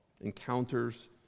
Encounters